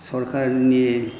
सरकारनि